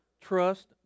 trust